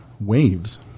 waves